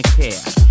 care